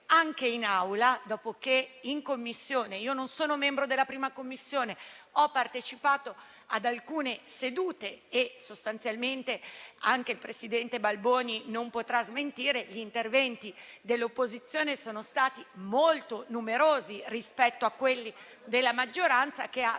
anche in Aula. Io non sono membro della 1ª Commissione, ma ho partecipato ad alcune sue sedute. Sostanzialmente, anche il presidente Balboni non potrà smentire che gli interventi dell'opposizione sono stati molto numerosi rispetto a quelli della maggioranza, che ha